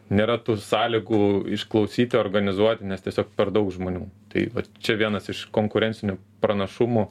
nėra tų sąlygų išklausyti organizuoti nes tiesiog per daug žmonių tai vat čia vienas iš konkurencinių pranašumų